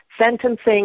sentencing